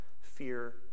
fear